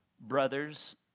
brothers